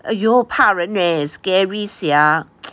!aiyo! 怕人 eh scary sia